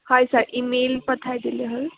হয় sir email পঠাই দিলেই হ'ল